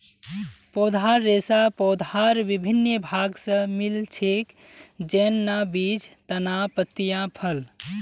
पौधार रेशा पौधार विभिन्न भाग स मिल छेक, जैन न बीज, तना, पत्तियाँ, फल